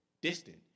distant